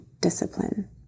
discipline